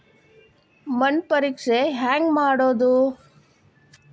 ಮಣ್ಣು ಪರೇಕ್ಷೆ ಹೆಂಗ್ ಮಾಡೋದು?